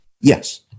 Yes